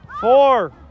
Four